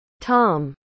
Tom